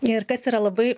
ir kas yra labai